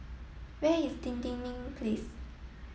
where is Dinding Place